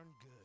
good